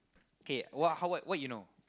k what how~ what you know